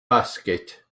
basket